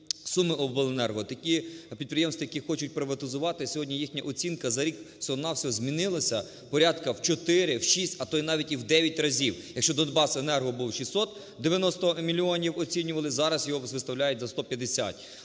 "Сумиобленерго". Такі підприємства, які хочуть приватизувати, сьогодні їхня оцінка за рік всього-на-всього змінилася порядку в 4, в 6, а то і навіть і в 9 разів. Якщо "Донбасенерго" був 690 мільйонів, оцінювали, зараз його виставляють за 150.